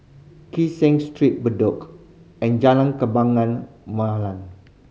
Kee Seng Street Bedok and Jalan Kembang